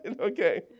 Okay